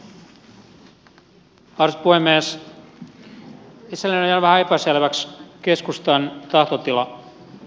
itselleni on jäänyt vähän epäselväksi keskustan tahtotila